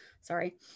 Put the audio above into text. sorry